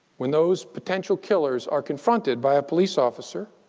when those potential killers are confronted by a police officer,